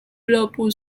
俱乐部